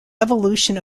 evolution